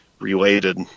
related